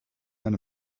men